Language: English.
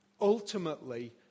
ultimately